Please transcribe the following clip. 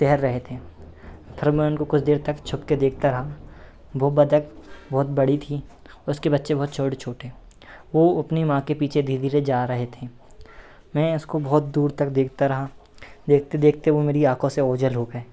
तैर रहे थे फिर मैं उनको कुछ देर तक छुपकर देखता रहा वह बत्तख बहुत बड़ी थी और उसके बच्चे बहुत छोटे छोटे वह अपनी माँ के पीछे पीछे धीरे धीरे जा रहे थे मैं उसको बहुत दूर तक देखता रहा देखते देखते वह मेरी आँखों से ओझल हो गए